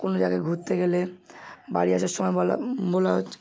কোনো জায়গায় ঘুরতে গেলে বাড়ি আসার সময় বলা বলা হচ্ছে